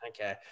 Okay